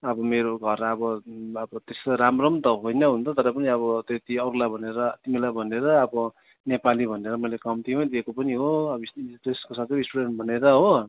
अब मेरो घरलाई अब अब त्यस्तो राम्रो पनि नि त होइन हुनु त तर पनि अब त्यति अरूलाई भनेर तिमीलाई भनेर अब नेपाली भनेर मैले कम्तीमै दिएको पनि हो अब त्यसको साथै स्टुडेन्ट भनेर हो